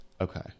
Okay